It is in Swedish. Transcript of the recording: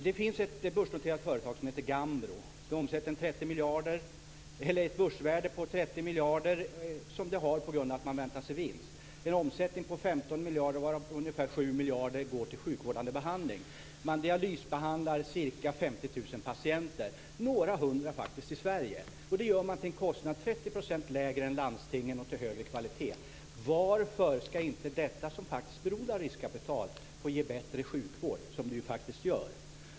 Det finns ett börsnoterat företag som heter Gambro som har ett börsvärde på 30 miljarder som företaget har på grund av att man väntar sig vinst. Omsättningen ligger på 15 miljarder, varav ungefär 7 miljarder går till sjukvårdande behandling. Ca 50 000 patienter dialysbehandlas - några hundra faktiskt i Sverige. Det gör man till en kostnad som är 30 % lägre än i landstingen och till en högre kvalitet. Varför ska inte detta, som faktiskt är beroende av riskkapital, få ge bättre sjukvård - som det ju faktiskt gör?